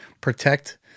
protect